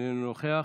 איננו נוכח,